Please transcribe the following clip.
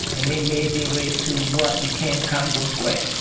and they made their way to what became congo square.